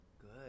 Good